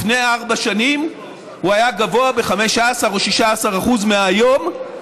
לפני ארבע שנים הוא היה גבוה ב-15% או 16% מהיום,